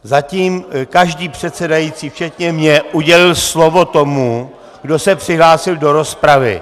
Zatím každý předsedající včetně mě udělil slovo tomu, kdo se přihlásil do rozpravy.